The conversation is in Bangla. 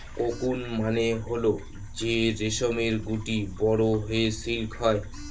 কোকুন মানে হল যে রেশমের গুটি বড়ো হয়ে সিল্ক হয়